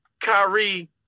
Kyrie